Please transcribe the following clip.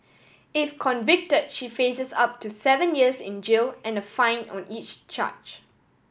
if convicted she faces up to seven years in jail and a fine on each charge